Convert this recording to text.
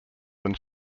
than